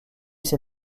ses